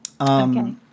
Okay